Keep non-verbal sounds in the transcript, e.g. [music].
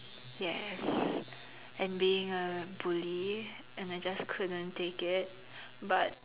yes [breath] and being a bully and I just couldn't take it but